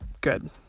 good